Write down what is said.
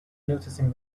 noticing